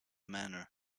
manner